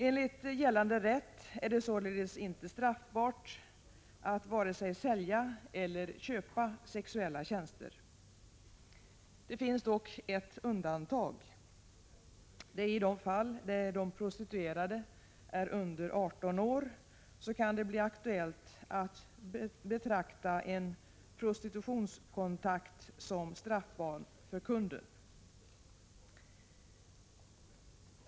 Enligt gällande rätt är det således inte straffbart att vare sig sälja eller köpa sexuella tjänster. Det finns dock ett undantag. I de fall den prostituerade är under 18 år kan det bli aktuellt att betrakta en prostitutionskontakt som straffbar för kunden.